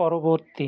পরবর্তী